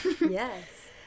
Yes